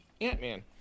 Ant-Man